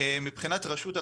מבחינת רשות החשמל,